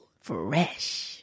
Fresh